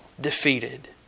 defeated